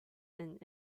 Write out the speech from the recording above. and